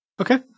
Okay